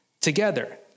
together